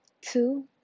Two